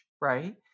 right